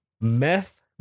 meth